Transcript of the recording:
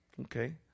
Okay